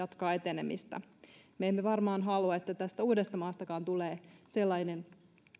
jatkaa etenemistä me emme varmaan halua että tästä uudestamaastakaan tulee sellainen